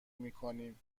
میکنیم